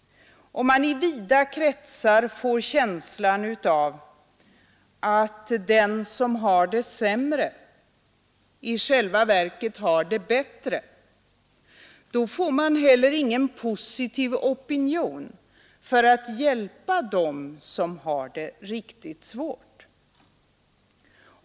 Om man i vida kretsar får känslan av att den som har det sämre i själva verket har det bättre får vi heller ingen positiv opinion för att hjälpa dem som har det riktigt svårt.